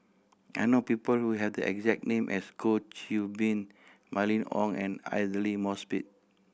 I know people who have the exact name as Goh Qiu Bin Mylene Ong and Aidli Mosbit